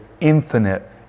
infinite